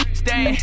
stay